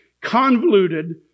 convoluted